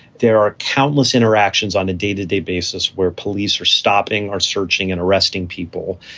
there are countless interactions on a day to day basis where police are stopping or searching and arresting people.